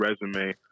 resume